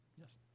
Yes